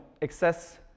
excess